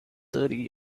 thirty